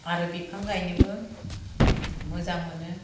आरो बिफां गायनोबो मोजां मोनो